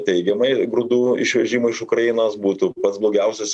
teigiamai grūdų išvežimą iš ukrainos būtų pats blogiausias